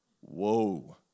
whoa